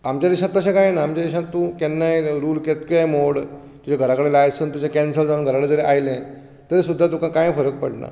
आमच्या देशांत तशें कांय ना आमच्या देशांत तूं केन्नाय रूल कितकेय मोड तुजे घराकडेन लायसंस तुजें कॅन्सल जावन घरा कडेन जरीं आयलें तरीं सुद्दां तुका कांय फरक पडना